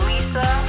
Lisa